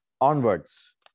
onwards